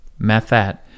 Mathat